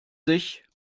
sich